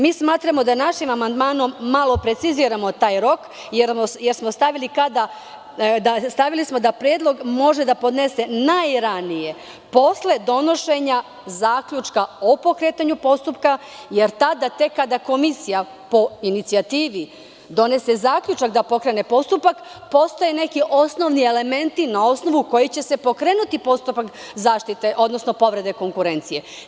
Mi smatramo da našim amandmanom malo preciziramo taj rok jer smo stavili da predlog može da podnese najranije posle donošenja zaključka o pokretanju postupka jer tada kada komisija po inicijativi donese zaključak da pokrene postupak postaje neki osnovni elementi na osnovu kojih će se pokrenuti postupak zaštite, odnosno povrede konkurencije.